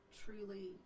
truly